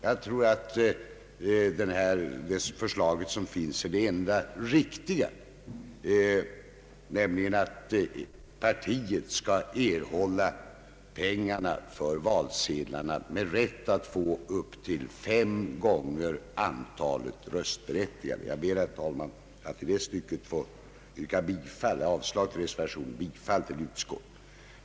Jag tror att utskottets förslag är det enda riktiga, nämligen att partierna skall erhålla ersättning för valsedlarna med rätt att få upp till fem gånger antalet röstberättigade vid valet. Jag ber, herr talman, att få yrka bifall till utskottets förslag och avslag på reservationen 1.